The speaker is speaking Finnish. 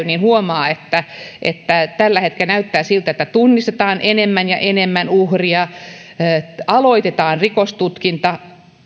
niin huomaa että että tällä hetkellä näyttää siltä että tunnistetaan enemmän ja enemmän uhreja aloitetaan rikostutkintaa